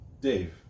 dave